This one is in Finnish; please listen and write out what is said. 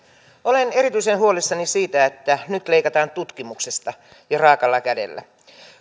olen erityisen huolissani siitä että nyt leikataan tutkimuksesta ja raaalla kädellä